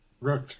Right